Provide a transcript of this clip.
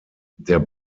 der